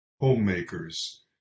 homemakers